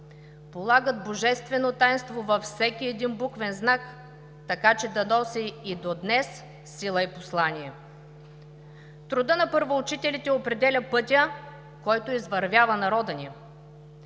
полагат божествено тайнство във всеки един буквен знак, така че да носи и до днес сила и послание. Трудът на първоучителите определя пътя, който извървява народът ни.